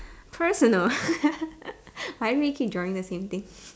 personal why are we keep drawing the same thing